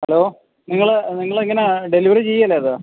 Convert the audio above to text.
hello നിങ്ങൾ നിങ്ങൾ എങ്ങനെയാണ് ഡെലിവറി ചെയ്യില്ലേ അത്